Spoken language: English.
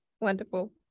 Wonderful